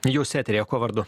jūs eteryje kuo vardu